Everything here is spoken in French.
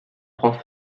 prend